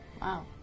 Wow